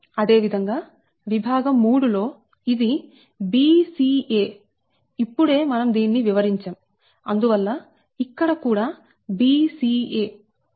అదే విధంగా విభాగం 3 లో ఇది b c a ఇప్పుడే మనం దీన్ని వివరించాం అందువల్ల ఇక్కడ కూడా b c a